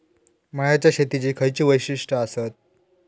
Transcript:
मळ्याच्या शेतीची खयची वैशिष्ठ आसत?